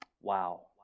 Wow